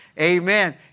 Amen